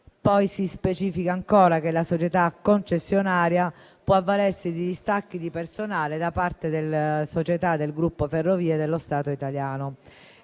Poi si specifica ancora che la società concessionaria può avvalersi di distacchi di personale da parte delle società del gruppo Ferrovie dello Stato italiano.